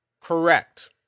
correct